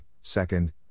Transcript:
Second